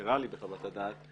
חסרה לי בחוות הדעת,